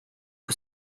que